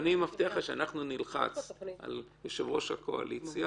ואני מבטיח לך שאנחנו נלחץ על יושב-ראש הקואליציה